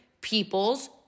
people's